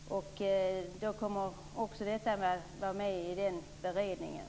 Också detta kommer att vara med i beredningen.